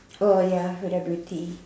oh ya beauty